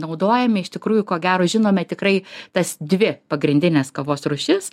naudojame iš tikrųjų ko gero žinome tikrai tas dvi pagrindines kavos rūšis